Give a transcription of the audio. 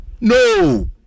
No